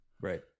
right